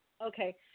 Okay